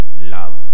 love